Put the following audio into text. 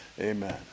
Amen